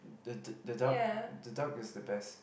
the the the duck the duck is the best